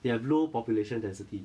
they have low population density